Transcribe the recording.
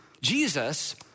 Jesus